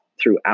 throughout